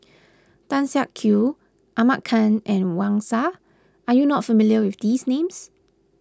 Tan Siak Kew Ahmad Khan and Wang Sha are you not familiar with these names